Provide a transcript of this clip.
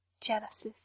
Genesis